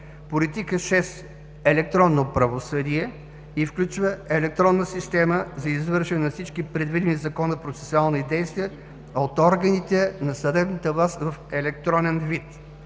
Политика 6: електронно правосъдие и включва електронна система за извършване на всички предвидени в Закона процесуални действия от органите на съдебната власт в електронен вид.